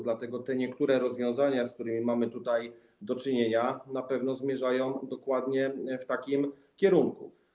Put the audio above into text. Dlatego niektóre rozwiązania, z którymi mamy tutaj do czynienia, na pewno zmierzają dokładnie w takim kierunku.